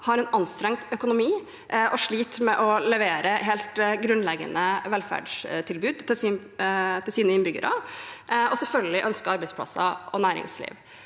har en anstrengt økonomi og sliter med å levere helt grunnleggende velferdstilbud til sine innbyggere og selvfølgelig ønsker arbeidsplasser og næringsliv.